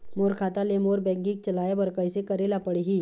मोर खाता ले मोर बैंकिंग चलाए बर कइसे करेला पढ़ही?